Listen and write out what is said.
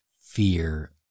fear